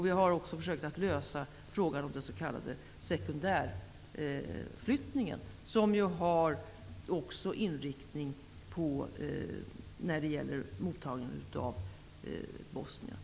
Vi har också försökt att lösa frågan om den s.k. sekundärflyttningen, som även den är aktuell i samband med mottagandet av bosnier.